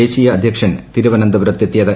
ദേശീയ അധൃക്ഷൻ തിരുവനന്തപുരത്തെത്തിയത്